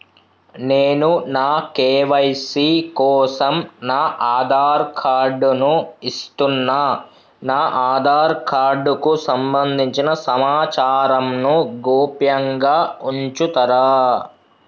నేను నా కే.వై.సీ కోసం నా ఆధార్ కార్డు ను ఇస్తున్నా నా ఆధార్ కార్డుకు సంబంధించిన సమాచారంను గోప్యంగా ఉంచుతరా?